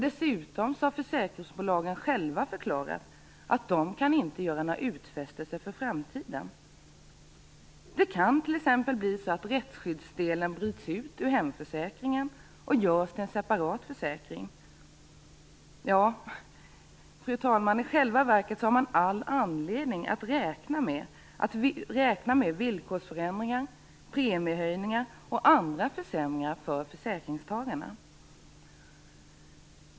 Dessutom har försäkringsbolagen själva förklarat att de inte kan göra några utfästelser för framtiden. Det kan t.ex. bli så att rättsskyddsdelen bryts ut ur hemförsäkringen och görs till en separat försäkring. Ja, fru talman, i själva verket har man all anledning att räkna med villkorsförändringar, premiehöjningar och andra försämringar för försäkringstagarna.